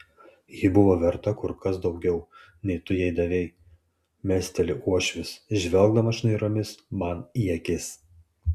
ji buvo verta kur kas daugiau nei tu jai davei mesteli uošvis žvelgdamas šnairomis man į akis